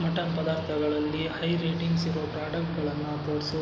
mutton ಪದಾರ್ಥಗಳಲ್ಲಿ high ರೇಟಿಂಗ್ಸಿರೋ ಪ್ರಾಡಕ್ಟ್ಗಳನ್ನು ತೋರಿಸು